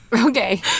Okay